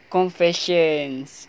Confessions